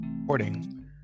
recording